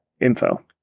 info